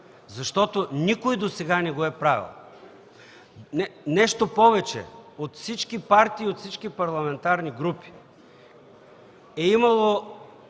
защото никой досега не го е правил?! Нещо повече, от всички партии и от всички парламентарни групи е имало